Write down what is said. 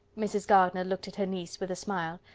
mrs. gardiner looked at her niece with a smile,